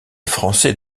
français